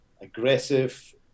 aggressive